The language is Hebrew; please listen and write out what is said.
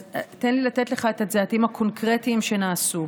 תן לי לתת לך את הצעדים הקונקרטיים שנעשו: